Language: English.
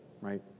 right